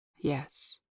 Yes